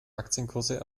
aktienkurse